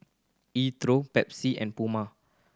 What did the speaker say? E Twow Pepsi and Puma